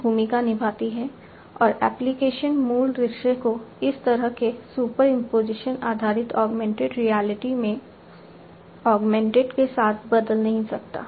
फिर हमारे पास सुपरइम्पोज़िशन आधारित ऑगमेंटेड रियलिटी के साथ बदल नहीं सकता है